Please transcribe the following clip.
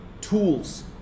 tools